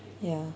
ya